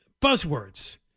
buzzwords